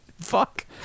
Fuck